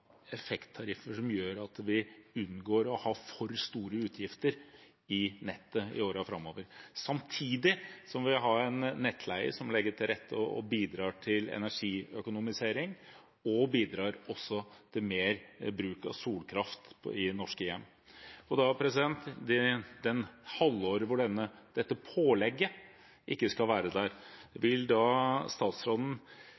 vi unngår å ha for store utgifter i nettet i årene framover. Samtidig må vi ha en nettleie som legger til rette for og bidrar til energiøkonomisering, og som også bidrar til mer bruk av solkraft i norske hjem. Når det gjelder det halvåret hvor dette pålegget ikke skal være der,